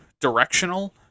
directional